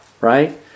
Right